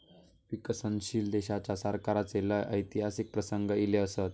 विकसनशील देशाच्या सरकाराचे लय ऐतिहासिक प्रसंग ईले असत